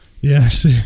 Yes